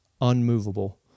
unmovable